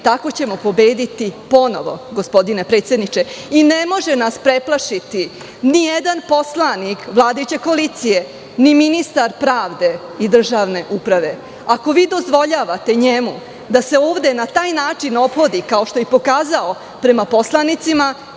tako ćemo pobediti ponovo, gospodine predsedniče. Ne može nas preplašiti nijedan poslanik vladajuće koalicije, ni ministar pravde i državne uprave. Ako vi njemu dozvoljavate da se ovde na taj način ophodi kao što je pokazao prema poslanicima,